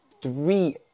three